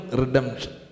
redemption